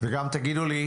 וגם תגידו לי,